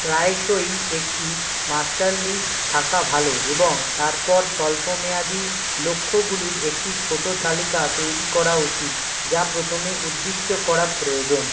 প্রায়শই একটি master list থাকা ভালো এবং তারপর স্বল্পমেয়াদি লক্ষ্যগুলির একটি ছোট তালিকা তৈরি করা উচিত যা প্রথমে উদ্দিষ্ট করা প্রয়োজন